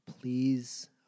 please